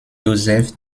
joseph